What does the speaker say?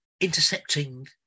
intercepting